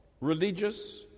religious